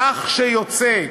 כך שיוצא,